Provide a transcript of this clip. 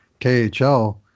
KHL